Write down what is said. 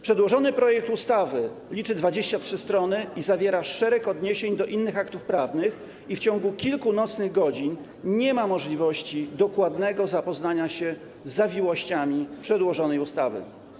Przedłożony projekt ustawy liczy 23 strony i zawiera szereg odniesień do innych aktów prawnych i w ciągu kilku nocnych godzin nie ma możliwości dokładnego zapoznania się z zawiłościami przedłożonej ustawy.